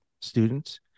students